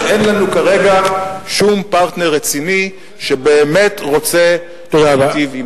שאין לנו כרגע שום פרטנר רציני שבאמת רוצה נתיב,